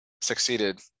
succeeded